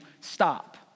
Stop